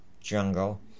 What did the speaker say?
jungle